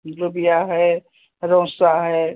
लोबिया है रौसा है